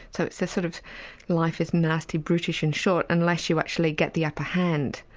so so sort of life is nasty, brutish and short unless you actually get the upper hand.